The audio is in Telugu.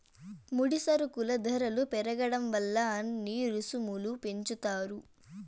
ముడి సరుకుల ధరలు పెరగడం వల్ల అన్ని రుసుములు పెంచుతారు